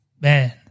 Man